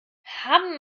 haben